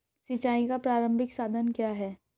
सिंचाई का प्रारंभिक साधन क्या है?